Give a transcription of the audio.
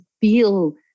feel